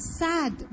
sad